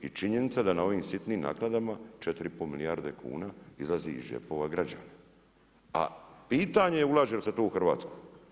I činjenica da na ovim sitnim naknadama 4,5 milijarde kuna izlazi iz džepova građana, a pitanje je ulaže li se tu u Hrvatsku.